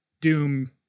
Doom